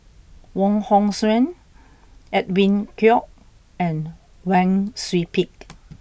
Wong Hong Suen Edwin Koek and Wang Sui Pick